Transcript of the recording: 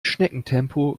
schneckentempo